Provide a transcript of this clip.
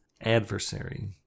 adversary